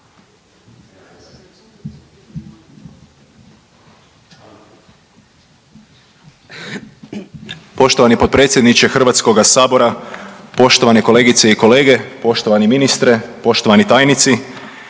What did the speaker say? Poštovani potpredsjedniče HS, poštovane kolegice i kolege, poštovani ministre, poštovani tajnici